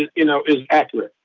and you know, is accurate.